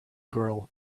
girl